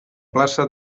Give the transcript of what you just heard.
plaça